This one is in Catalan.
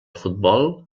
futbol